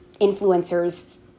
influencer's